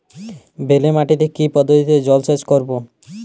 বেলে মাটিতে কি পদ্ধতিতে জলসেচ করব?